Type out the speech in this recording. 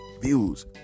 views